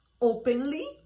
openly